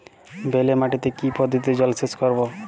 বেলে মাটিতে কি পদ্ধতিতে জলসেচ করব?